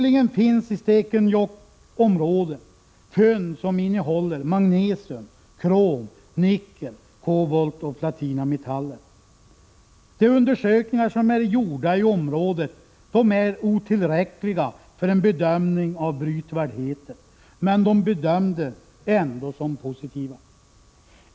I Stekenjokksområdet finns fynd som innehåller magnesium, krom, nickel, kobolt och platinametaller. De undersökningar som är gjorda i området är otillräckliga för en bedömning av brytvärdheten, men resultaten bedöms ändå som positiva.